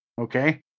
okay